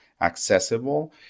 accessible